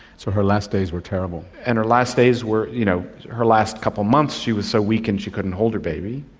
so her last days were terrible. and her last days were, you know her last couple of months she was so weakened she could hold her baby,